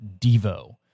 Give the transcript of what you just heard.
Devo